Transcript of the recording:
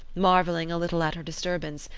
marvelling a little at her disturbance,